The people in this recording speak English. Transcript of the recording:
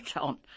on